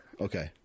Okay